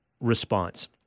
response